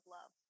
Love